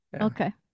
Okay